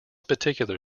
particular